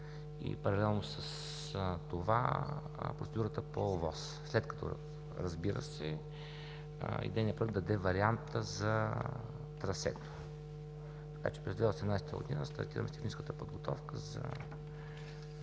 и паралелно с това процедурата по ОВОС. След като, разбира се, идейният проект даде вариант за трасето. През 2018 г. стартираме с техническата подготовка за